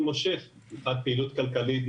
במיוחד מבחינת פעילות כלכלית,